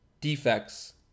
defects